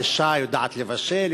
והאישה יודעת לבשל,